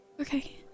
Okay